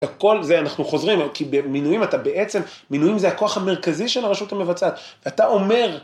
הכל, זה אנחנו חוזרים, כי במינויים אתה בעצם, מינויים זה הכוח המרכזי של הרשות המבצעת, ואתה אומר...